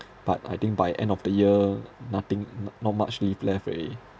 but I think by end of the year nothing n~ not much leave left already